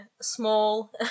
small